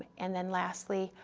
and then lastly,